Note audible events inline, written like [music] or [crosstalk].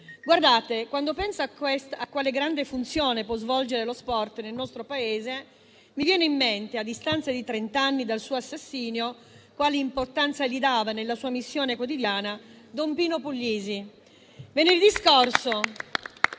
Quando penso a quale grande funzione può svolgere lo sport nel nostro Paese, mi viene in mente, a distanza di trent'anni dal suo assassinio, quale importanza gli dava nella sua missione quotidiana don Pino Puglisi. [applause]